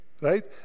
Right